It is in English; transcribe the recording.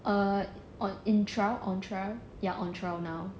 uh in trial on trial ya on trial now